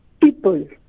people